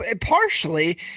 partially